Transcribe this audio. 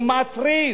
הוא מתריס,